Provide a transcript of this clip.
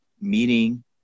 meeting